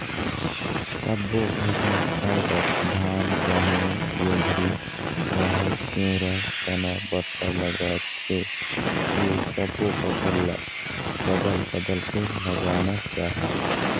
सब्बो घर म खाए बर धान, गहूँ, जोंधरी, राहेर, तिंवरा, चना, बटरा लागथे ए सब्बो फसल ल बदल बदल के लगाना चाही